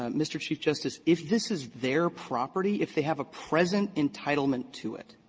ah mr. chief justice, if this is their property, if they have a present entitlement to it,